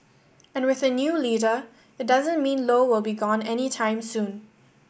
and with a new leader it doesn't mean Low will be gone anytime soon